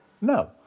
No